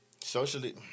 Socially